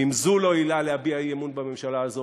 ואם זו לא עילה להביע אי-אמון בממשלה הזאת,